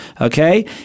Okay